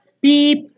beep